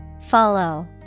Follow